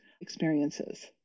experiences